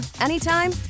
anytime